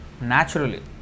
naturally